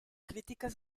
críticas